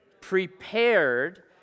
prepared